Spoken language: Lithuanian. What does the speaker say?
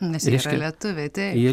nes jie yra lietuviai taip